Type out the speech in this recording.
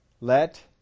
let